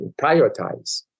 prioritize